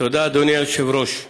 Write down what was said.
אדוני היושב-ראש,